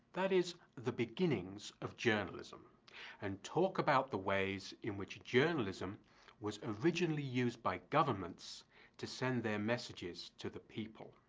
that is the beginnings, of journalism and talk about the ways in which journalism was originally used by governments to send their messages to the people.